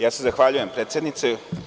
Ja se zahvaljujem, predsednice.